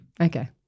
Okay